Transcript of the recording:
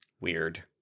Weird